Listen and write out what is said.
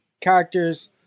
characters